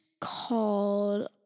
called